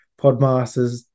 Podmasters